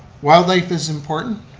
wildlife is important,